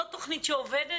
זאת תוכנית שעובדת,